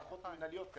הארכות מינהליות.